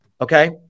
Okay